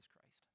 Christ